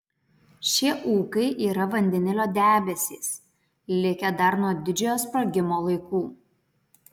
šie ūkai yra vandenilio debesys likę dar nuo didžiojo sprogimo laikų